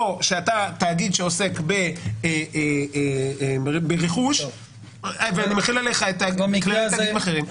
שאתה תאגיד שעוסק ברכוש ואני מחיל עליך כללים אחרים.